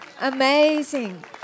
Amazing